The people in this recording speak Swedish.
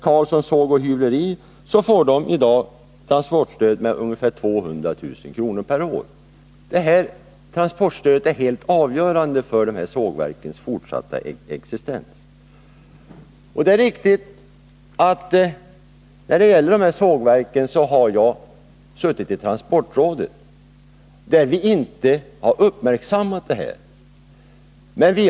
Carlssons Såg & Hyvleri får i dag transportstöd med ungefär 200 000 kr. per år. Detta transportstöd är helt avgörande för sågverkens fortsatta existens. När det gäller de här sågverken är det riktigt att jag har suttit i transportrådet, där vi emellertid inte hade uppmärksammat de här förhållandena.